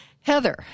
Heather